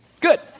Good